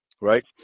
right